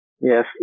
Yes